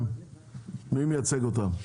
מי מייצג אותם?